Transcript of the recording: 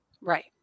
Right